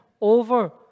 over